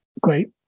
great